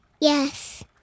Yes